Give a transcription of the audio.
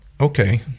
okay